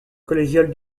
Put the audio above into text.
collégiale